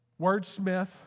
wordsmith